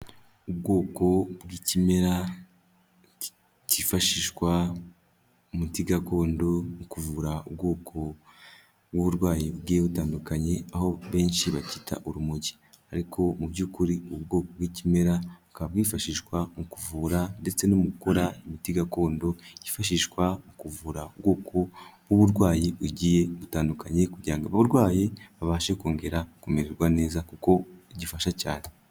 ubwoko bw'ikimera kifashishwa umuti gakondo mu kuvura ubwoko bw'uburwayi bugiye butandukanye. Aho benshi babyita urumogi. Ariko mu by'ukuri ubwoko bw'ikimera bukaba bwifashishwa mu kuvura ndetse no mu gukora imiti gakondo yifashishwa mu kuvura ubwoko w'uburwayi bugiye butandukanye kugira ngo abarwayi babashe kongera kumererwa neza kuko bifasha cyane.